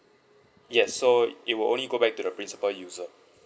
yes so it will only go back to the principal user